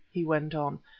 he went on,